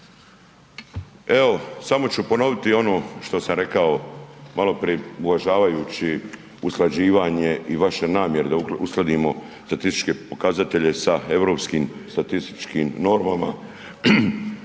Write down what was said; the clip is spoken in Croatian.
Evo, samo ću ponoviti ono što sam rekao maloprije uvažavajući usklađivanje i vaše namjere da uskladimo statističke pokazatelje sa Europskim statističkim normama